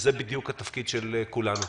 וזה בדיוק התפקיד של כולנו.